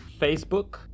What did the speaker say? facebook